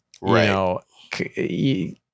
Right